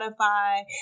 Spotify